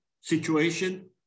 situation